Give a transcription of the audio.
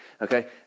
Okay